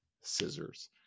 scissors